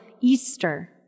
Easter